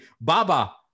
Baba